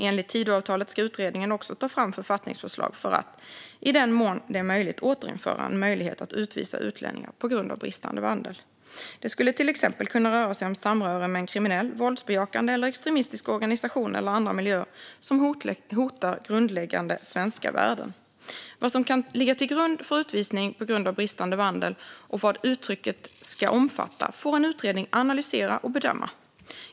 Enligt Tidöavtalet ska utredningen också ta fram författningsförslag för att i den mån det är möjligt återinföra en möjlighet att utvisa utlänningar på grund av bristande vandel. Det skulle till exempel kunna röra sig om samröre med en kriminell, våldsbejakande eller extremistisk organisation eller andra miljöer som hotar grundläggande svenska värden. Vad som kan ligga till grund för utvisning på grund av bristande vandel och vad uttrycket ska omfatta får en utredning analysera och bedöma.